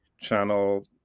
channel